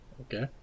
okay